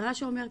ורש"א אומר,